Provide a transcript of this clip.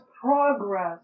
progress